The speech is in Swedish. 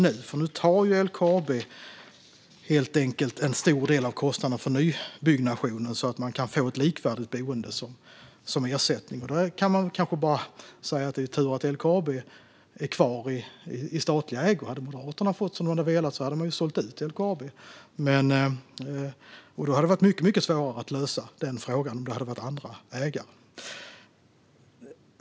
Nu tar LKAB helt enkelt en stor del av kostnaden för nybyggnationer, så att människor kan få ett likvärdigt boende som ersättning. Man kan kanske säga att det är tur att LKAB är kvar i statlig ägo. Om Moderaterna hade fått som de hade velat hade de sålt ut LKAB, och det hade varit mycket svårare att lösa denna fråga med andra ägare.